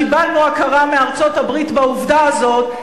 קיבלנו הכרה מארצות-הברית בעובדה הזו.